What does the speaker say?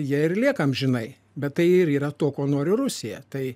jie ir lieka amžinai bet tai ir yra to ko nori rusija tai